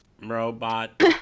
Robot